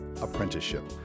apprenticeship